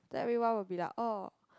everyone will be like oh